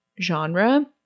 genre